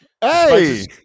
Hey